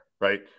right